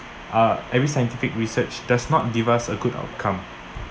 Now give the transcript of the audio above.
uh every scientific research does not give us a good outcome